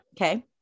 Okay